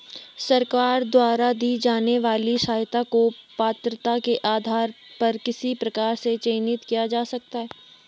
सरकार द्वारा दी जाने वाली सहायता को पात्रता के आधार पर किस प्रकार से चयनित किया जा सकता है?